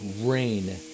Rain